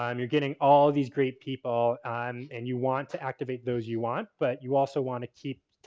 um you're getting all these great people um and you want to activate those you want, but you also want to keep